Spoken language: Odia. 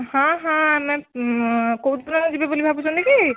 ହଁ ହଁ ଆମେ କୋଉଠି ଆପଣ ଯିବେ ବୋଲି ଭାବୁଛନ୍ତି କି